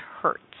hurts